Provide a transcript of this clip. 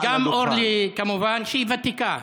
וגם אורלי, כמובן, שהיא ותיקה.